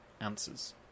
answers